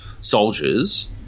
soldiers